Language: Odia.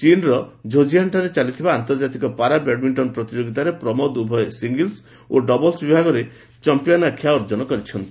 ଚୀନ୍ର ଝୋଜିଆନରେ ଚାଲିଥିବା ଆନ୍ତର୍କାତିୟ ପାରା ବ୍ୟାଡମିଙ୍କନ ପ୍ରତିଯୋଗିତାରେ ପ୍ରମୋଦ ଉଭୟ ସିଙ୍ଗଲ୍ ଓ ଡବଲୁ ବିଭାଗରେ ଚାମ୍ପିୟନ ଆଖ୍ୟା ଅର୍ଜନ କରିଛନ୍ତି